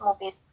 movies